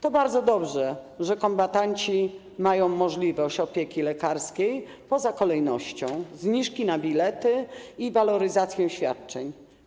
To bardzo dobrze, że kombatanci mają możliwość opieki lekarskiej poza kolejnością, zniżki na bilety i waloryzację świadczeń.